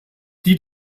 die